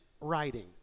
writing